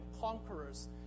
conquerors